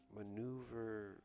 maneuver